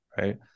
Right